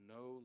no